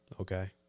Okay